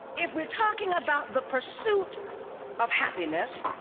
if we're talking about the pursuit of happiness,